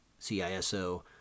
CISO